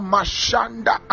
Mashanda